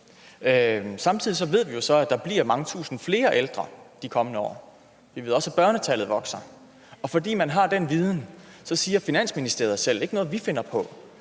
Samtidig ved vi så, at der bliver mange tusinde flere ældre de kommende år, og vi ved også, at børnetallet vokser. Og fordi man har den viden, siger Finansministeriet selv, regeringens